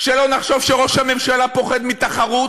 שלא נחשוב שראש הממשלה פוחד מתחרות,